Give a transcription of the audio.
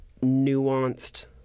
nuanced